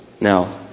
Now